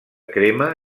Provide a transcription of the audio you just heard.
crema